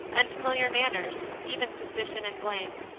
unfamiliar manners, even suspicion and blame.